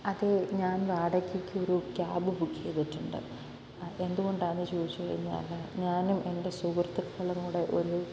അത് ഞാൻ വാടകയ്ക്കൊരു ക്യാബ് ബുക്ക് ചെയ്തിട്ടുണ്ട് അ എന്തുകൊണ്ടാണെന്ന് ചോദിച്ചുകഴിഞ്ഞാല് ഞാനും എൻ്റെ സുഹ്യത്തുക്കളും കൂടെ ഒരു